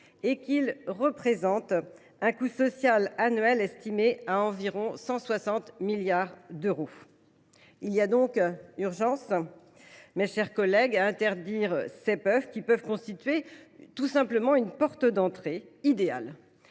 et qu’il représente un coût social annuel estimé à environ 160 milliards d’euros. Il y a donc urgence, mes chers collègues, à interdire ces puffs, qui peuvent constituer une porte d’entrée idéale.